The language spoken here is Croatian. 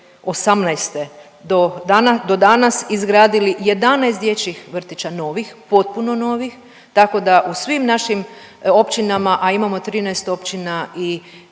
2018. do danas izgradili 11 dječjih vrtića novih, potpuno novih, tako da u svim našim općinama, a imamo 13 općina i